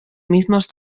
mismos